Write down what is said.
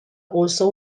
also